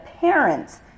parents